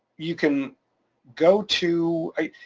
you can go to,